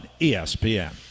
ESPN